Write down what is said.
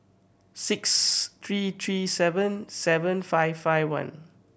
six three three seven seven five five one